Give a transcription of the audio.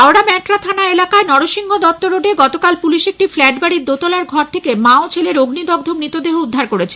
হাওড়া ব্যাঁটরা থানা এলাকায় নরসিংহ দত্ত রোডে গতকাল পুলিশ একটি ফ্ল্যাট বাড়ির দোতালার ঘর থেকে মা ও ছেলের অগ্নিদগ্ধ মৃতদেহ উদ্ধার করেছে